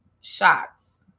shots